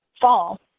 fall